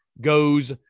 goes